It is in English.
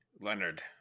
Leonard